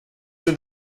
sind